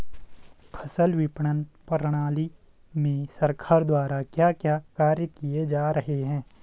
फसल विपणन प्रणाली में सरकार द्वारा क्या क्या कार्य किए जा रहे हैं?